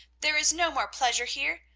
there is no more pleasure here.